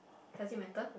does it matter